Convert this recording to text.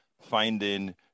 finding